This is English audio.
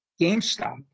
GameStop